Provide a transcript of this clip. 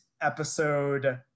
episode